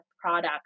product